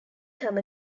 come